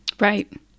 Right